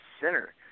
center